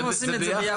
אנחנו עושים את זה ביחד.